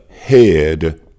head